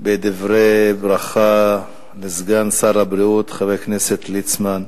בדברי ברכה לסגן שר הבריאות חבר הכנסת ליצמן,